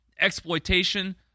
exploitation